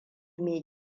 mai